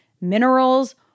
minerals